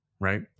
right